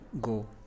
go